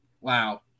Wow